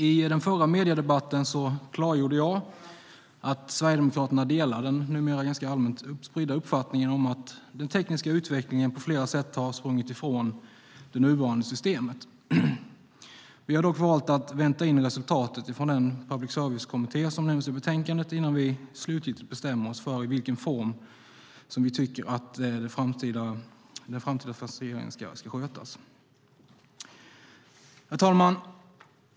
I den förra mediedebatten klargjorde jag att Sverigedemokraterna delar den numera ganska allmänt spridda uppfattningen att den tekniska utvecklingen på flera sätt har sprungit ifrån det nuvarande systemet. Vi har dock valt att vänta in resultatet från den public service-kommitté som nämns i betänkandet innan vi slutgiltigt bestämmer oss för vilken form som den framtida finansieringen ska ha. Herr talman!